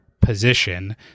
position